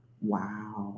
Wow